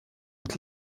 und